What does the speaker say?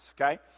okay